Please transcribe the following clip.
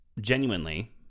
genuinely